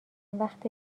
وقت